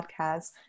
podcast